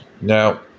Now